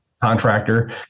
contractor